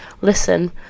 listen